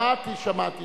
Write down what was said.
שמעתי.